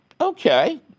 Okay